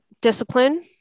discipline